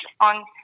on